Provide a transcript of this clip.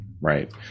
right